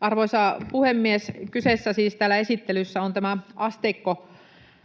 Arvoisa puhemies! Kyseessä, siis täällä esittelyssä, on tämä asteikkolaki,